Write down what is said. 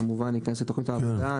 כמובן להיכנס לתוכנית העבודה,